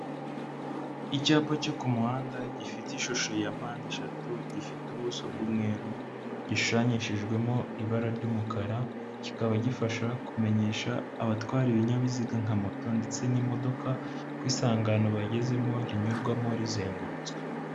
Icyapa cyo ku muhanda, gifite ishusho ya mpande eshatu, gifite ubuso bw'umweru, gishushanyishijwemo ibara ry'umukara, kikaba gifasha kumenyesha abatwara ibinyabiziga nka moto ndetse n'imodoka, ko isangano bagezemo rinyurwamo rizengurutswe.